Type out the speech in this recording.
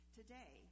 Today